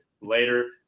later